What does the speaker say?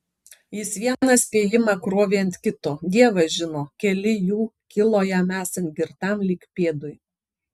jis vieną spėjimą krovė ant kito dievas žino keli jų kilo jam esant girtam lyg pėdui